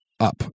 up